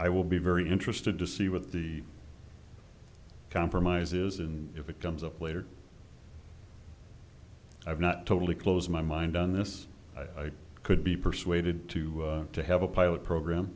i will be very interested to see what the compromise is and if it comes up later i've not totally closed my mind on this i could be persuaded to to have a pilot program